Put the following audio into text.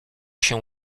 się